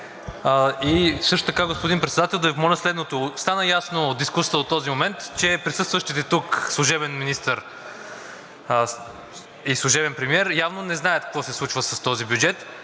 и също така, господин Председател, да Ви помоля следното. Стана ясно от дискусията до този момент, че присъстващите тук служебен министър и служебен премиер явно не знаят какво се случва с този бюджет.